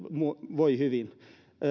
voivat hyvin